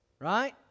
right